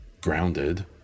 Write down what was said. grounded